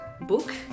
book